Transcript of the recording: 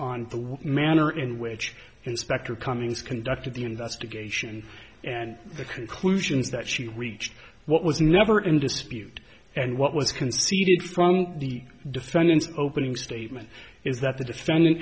on the manner in which inspector cummings conducted the investigation and the conclusions that she reached what was never in dispute and what was conceded strong the defendant's opening statement is that the defendant